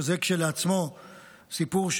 שזה כשלעצמו סיפור.